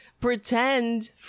pretend